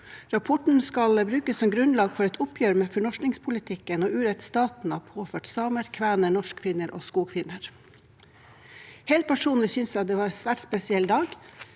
Rapporten skal brukes som grunnlag for et oppgjør med fornorskingspolitikken og urett staten har påført samer, kvener, norskfinner og skogfinner. Helt personlig synes jeg det var en svært spesiell dag.